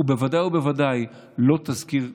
הוא בוודאי ובוודאי לא תזכיר שלם.